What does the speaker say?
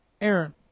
Aaron